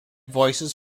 voices